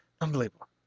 unbelievable